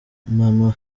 mama